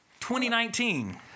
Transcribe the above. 2019